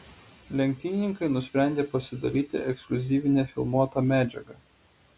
lenktynininkai nusprendė pasidalyti ekskliuzyvine filmuota medžiaga